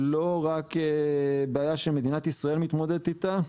לא רק בעיה שמדינת ישראל מתמודדת איתה,